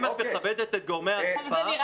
אם את מכבדת את גורמי האכיפה --- אני מכבדת.